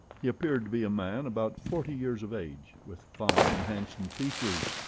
he appeared to be a man about forty years of age, with fine, handsome features,